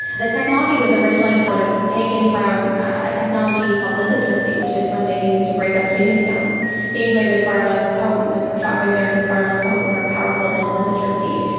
the technology was originally sort of taken from a technology called lithotripsy, which is what they use to break up kidney stones gainswave is far less potent, or shockwave therapy is far less potent, or powerful, than lithotripsy,